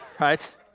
right